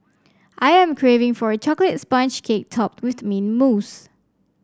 I am craving for a chocolate sponge cake topped with the mint mousse